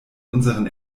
unseren